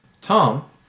Tom